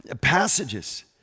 passages